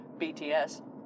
BTS